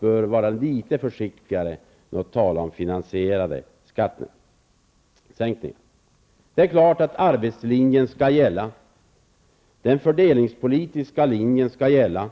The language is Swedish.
bör vara litet försiktigare med att tala om finansierade skattesänkningar. Det är klart att arbetslinjen och den fördelningspolitiska linjen skall gälla.